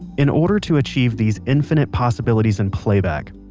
in order to achieve these infinite possibilities in playback,